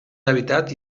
habitat